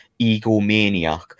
egomaniac